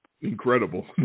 incredible